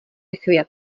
chvět